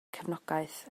cefnogaeth